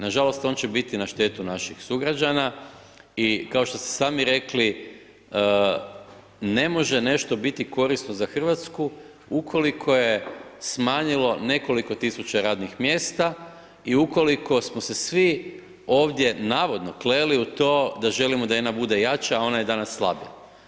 Nažalost, on će biti na štetu naših sugrađana, i kao što ste sami rekli, ne može nešto biti korisno za Hrvatsku, ukoliko je smanjilo nekoliko tisuća radnih mjesta i ukoliko smo se svi ovdje navodno kleli, u to da da želimo da INA bude jača, a ona danas slabi.